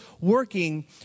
working